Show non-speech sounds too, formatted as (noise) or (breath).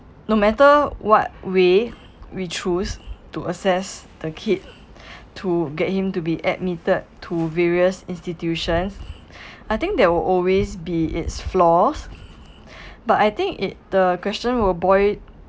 no matter what way we choose to assess the kid to get him to be admitted to various institutions (breath) I think there will always be its flaws but I think it the question will boil